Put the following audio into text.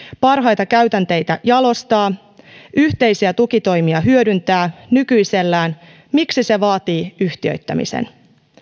parhaita käytänteitä jalostaa ja yhteisiä tukitoimia hyödyntää nykyisellään miksi se vaatii yhtiöittämisen